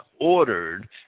ordered